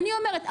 אני אומרת,